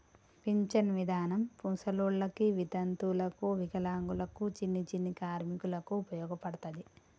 pension విధానం ముసలోళ్ళకి వితంతువులకు వికలాంగులకు చిన్ని చిన్ని కార్మికులకు ఉపయోగపడతది